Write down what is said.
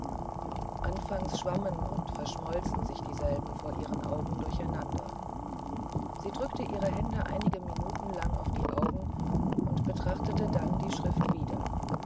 anfangs schwammen und verschmolzen sich dieselben vor ihren augen durcheinander sie drückte ihre hände einige minuten lang auf die augen und betrachtetedanndieschriftwieder diebuchstabenwarenjetztklardeutlichundklar und wieihrvorkam